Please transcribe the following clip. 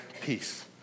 peace